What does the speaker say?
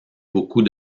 beaucoup